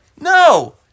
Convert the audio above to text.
no